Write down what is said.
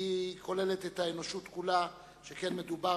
היום הבין-לאומי,